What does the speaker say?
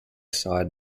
side